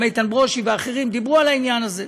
גם איתן ברושי ואחרים דיברו על העניין הזה,